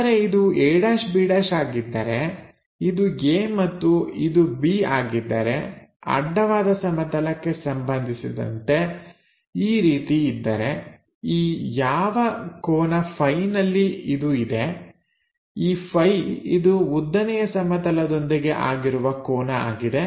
ಆದರೆ ಇದು a'b' ಆಗಿದ್ದರೆ ಇದು a ಮತ್ತು ಇದು b ಆಗಿದ್ದರೆ ಅಡ್ಡವಾದ ಸಮತಲಕ್ಕೆ ಸಂಬಂಧಿಸಿದಂತೆ ಈ ರೀತಿ ಇದ್ದರೆ ಈ ಯಾವ ಕೋನ Φ ನಲ್ಲಿ ಇದು ಇದೆ ಈ Φ ಇದು ಉದ್ದನೆಯ ಸಮತಲದೊಂದಿಗೆ ಆಗಿರುವ ಕೋನ ಆಗಿದೆ